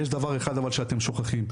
יש דבר אחד שאתם שוכחים,